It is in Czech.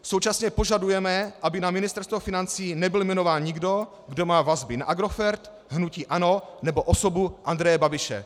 Současně požadujeme, aby na Ministerstvo financí nebyl jmenován nikdo, kdo má vazby na Agrofert, hnutí ANO nebo osobu Andreje Babiše.